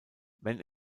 wenn